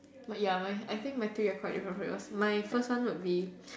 but ya I think my three are quite different from yours my first one would be